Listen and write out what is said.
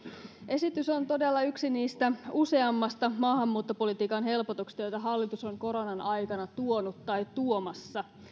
esitys on todella yksi niistä useammasta maahanmuuttopolitiikan helpotuksesta joita hallitus on koronan aikana tuonut tai tuomassa